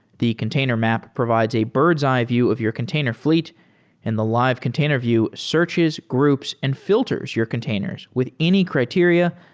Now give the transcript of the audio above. the container map provides a bird's eye view of your container fl eet and the live container view searches groups and fi lters your containers with any criteria,